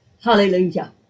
Hallelujah